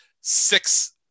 six